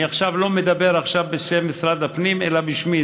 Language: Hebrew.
אני לא מדבר עכשיו בשם משרד הפנים אלא בשמי,